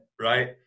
right